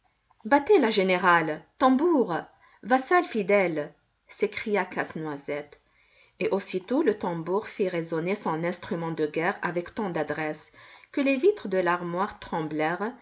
battez la générale tambour vassal fidèle s'écria casse-noisette et aussitôt le tambour fit résonner son instrument de guerre avec tant d'adresse que les vitres de l'armoire